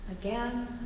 again